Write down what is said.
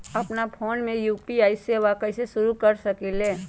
अपना फ़ोन मे यू.पी.आई सेवा कईसे शुरू कर सकीले?